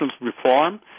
reform